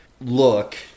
look